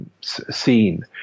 scene